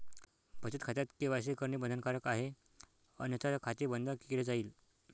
बचत खात्यात के.वाय.सी करणे बंधनकारक आहे अन्यथा खाते बंद केले जाईल